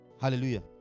Hallelujah